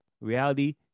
Reality